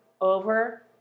over